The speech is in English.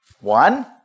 One